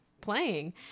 playing